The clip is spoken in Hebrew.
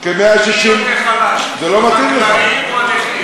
מי יותר חלש, החקלאים או הנכים?